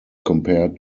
compared